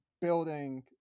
building